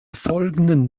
folgenden